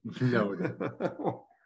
No